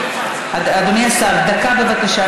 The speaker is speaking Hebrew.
אדוני השר, דקה, בבקשה.